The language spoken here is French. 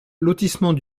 lotissement